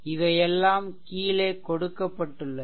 இவை எல்லாம் கீழே கொடுக்கப்பட்டுள்ளது